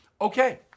okay